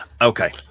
Okay